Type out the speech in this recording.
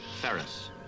Ferris